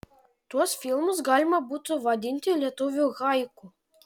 tuos filmus galima būtų vadinti lietuvių haiku